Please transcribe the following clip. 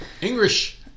English